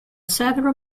several